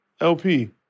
LP